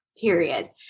period